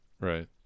Right